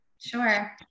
Sure